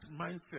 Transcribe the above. mindset